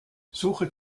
suche